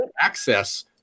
access